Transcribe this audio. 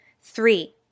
Three